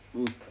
mm